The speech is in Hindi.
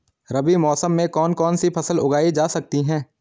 रबी मौसम में कौन कौनसी फसल उगाई जा सकती है?